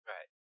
Right